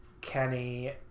Kenny